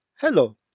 Hello